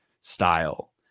style